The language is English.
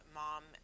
mom